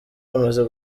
bamaze